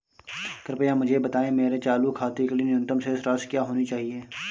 कृपया मुझे बताएं मेरे चालू खाते के लिए न्यूनतम शेष राशि क्या होनी चाहिए?